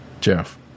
Jeff